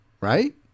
Right